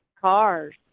cars